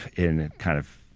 in kind of